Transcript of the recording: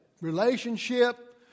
relationship